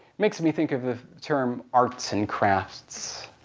makes me think of the term arts and crafts.